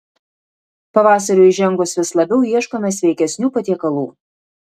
pavasariui įžengus vis labiau ieškome sveikesnių patiekalų